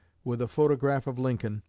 with a photograph of lincoln,